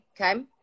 Okay